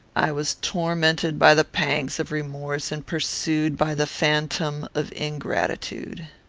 i was tormented by the pangs of remorse, and pursued by the phantom of ingratitude.